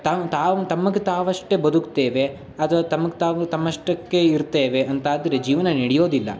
ತಮ್ಮ ತಾವು ತಮಗೆ ತಾವಷ್ಟೇ ಬದುಕ್ತೇವೆ ಅಥವಾ ತಮಗೆ ತಾವು ತಮ್ಮಷ್ಟಕ್ಕೇ ಇರ್ತೇವೆ ಅಂತಾದರೆ ಜೀವನ ನಡೆಯೋದಿಲ್ಲ